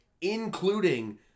including